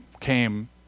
came